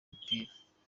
mupira